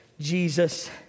jesus